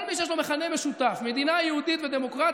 כל מי שיש להם מכנה משותף של מדינה יהודית ודמוקרטית,